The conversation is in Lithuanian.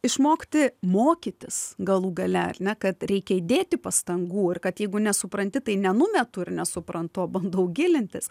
išmokti mokytis galų gale ar ne kad reikia įdėti pastangų ir kad jeigu nesupranti tai nenumetu ir nesuprantu o bandau gilintis